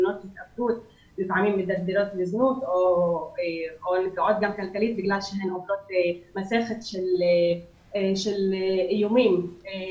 לפעמים מדרדרות לזנות כי הן עוברות מסכת של איומים לגבי